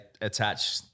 attach